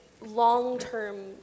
long-term